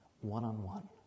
one-on-one